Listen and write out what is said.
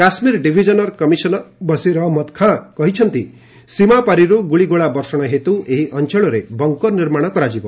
କାଶ୍ୱୀର ଡିଭିଜନର କମିଶନର ବସୀର ଅହମ୍ମଦ ଖାଁ କହିଛନ୍ତି ସୀମା ପାରିରୁ ଗୁଳିଗୋଳା ବର୍ଷଣ ହେତୁ ଏହି ଅଞ୍ଚଳରେ ବଙ୍କର ନିର୍ମାଣ କରାଯିବ